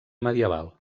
medieval